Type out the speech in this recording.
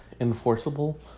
enforceable